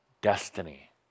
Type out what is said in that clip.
destiny